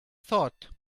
thought